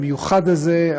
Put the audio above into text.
המיוחד הזה,